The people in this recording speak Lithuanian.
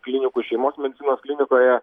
klinikų šeimos medicinos klinikoje